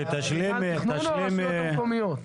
מינהל תכנון או הרשויות המקומיות?